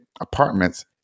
apartments